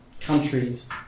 countries